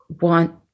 want